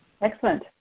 Excellent